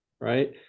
right